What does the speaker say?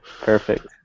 perfect